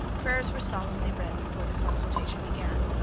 prayers were solemnly read before the consultation began.